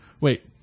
wait